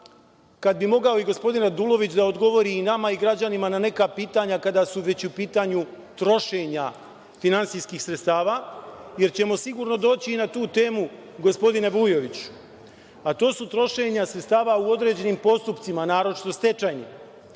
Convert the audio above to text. kad bi mogao, da i gospodin Radulović odgovori i nama i građanima na neka pitanja, kada su već u pitanju trošenja finansijskih sredstava, jer ćemo sigurno doći i na tu temu, gospodine Vujoviću, a to je trošenje sredstava u određenim postupcima, naročito stečajnim.